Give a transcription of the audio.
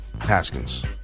Haskins